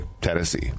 Tennessee